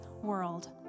world